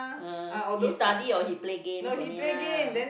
uh he study or he play games only lah